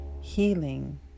Healing